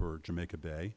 for jamaica bay